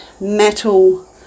metal